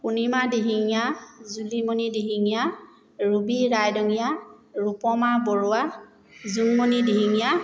Punima Dihingia Julimoni Dihingia Rubi Raidongia Rupama Barua Jungmoni Dihingia